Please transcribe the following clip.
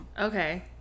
Okay